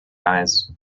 eyes